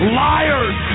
liars